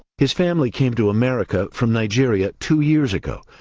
his family came to america from nigeria two years ago.